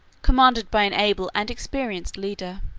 commanded by an able and experienced leader.